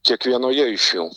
kiekvienoje iš jų